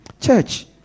church